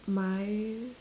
my